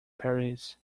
paris